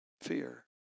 fear